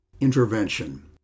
intervention